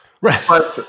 Right